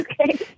Okay